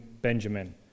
Benjamin